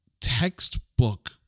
textbook